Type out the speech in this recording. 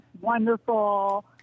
wonderful